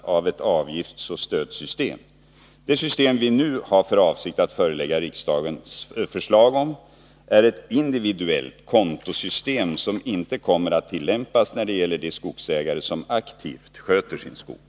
Man uttalar: Obligatoriska skogsbruksplaner, individuella avverkningskonton för också ge möjlighet till en snabb byggstart, om arbetsmarknadsläget kräver särskilda insatser. Jag är övertygad om att sådana kommer att krävas i just Blekinge.